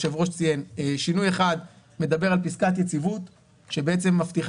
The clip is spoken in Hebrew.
שינוי אחד מדבר על פיסקת יציבות שמבטיחה